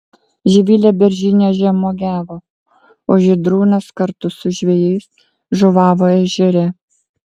živilė beržyne žemuogiavo o žydrūnas kartu su žvejais žuvavo ežere